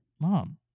mom